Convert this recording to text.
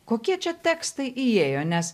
kokie čia tekstai įėjo nes